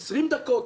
תוך 20 דקות,